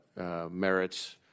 merits